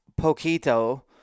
poquito